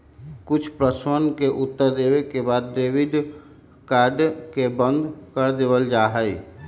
कुछ प्रश्नवन के उत्तर देवे के बाद में डेबिट कार्ड के बंद कर देवल जाहई